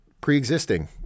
pre-existing